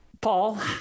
Paul